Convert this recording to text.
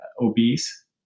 obese